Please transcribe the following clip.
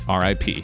RIP